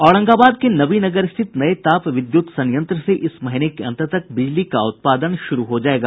औरंगाबाद के नवीनगर स्थित नये ताप विद्यूत संयत्र से इस महीने के अंत तक बिजली का उत्पादन शुरू हो जायेगा